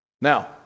Now